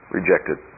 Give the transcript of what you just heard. Rejected